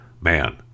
man